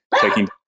taking